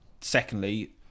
secondly